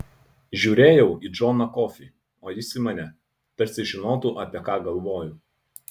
žiūrėjau į džoną kofį o jis į mane tarsi žinotų apie ką galvoju